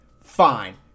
fine